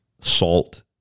salt